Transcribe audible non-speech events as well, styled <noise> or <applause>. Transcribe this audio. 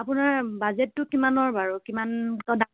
আপোনাৰ বাজেটটো কিমানৰ বাৰু কিমান <unintelligible> দাম